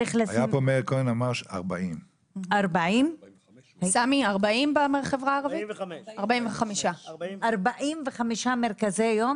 היה פה מאיר כהן שאמר 40. 45. 45 מרכזי יום?